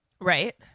right